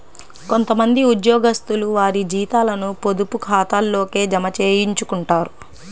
కొంత మంది ఉద్యోగస్తులు వారి జీతాలను పొదుపు ఖాతాల్లోకే జమ చేయించుకుంటారు